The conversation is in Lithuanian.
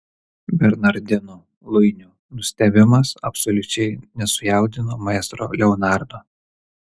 bernardino luinio nustebimas absoliučiai nesujaudino maestro leonardo